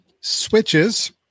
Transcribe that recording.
switches